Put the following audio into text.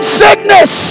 sickness